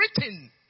written